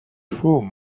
faut